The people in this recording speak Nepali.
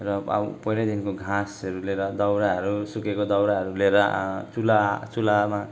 र अब पहिल्यैदेखिको घाँसहरू लिएर दाउराहरू सुकेको दाउराहरू लिएर चुला चुलामा